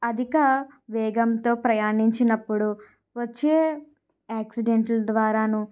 అధిక వేగంతో ప్రయాణించినప్పుడు వచ్చే యాక్సిడెంట్ల ద్వారాను